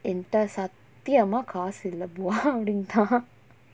என்ட சத்தியமா காசு இல்ல:enta sathiyamaa kaasu illa bouwa அப்புடின்டா:appudindaa